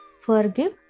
forgive